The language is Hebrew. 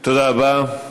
תודה רבה.